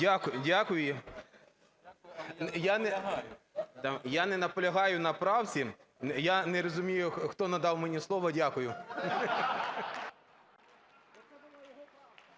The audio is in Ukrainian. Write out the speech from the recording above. Дякую. Я не наполягаю на правці, я не розумію, хто надав мені слово. Дякую.